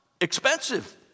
expensive